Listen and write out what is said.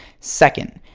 second,